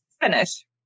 finish